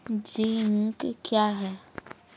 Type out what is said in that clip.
Zinc क्या हैं?